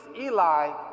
Eli